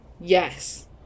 Yes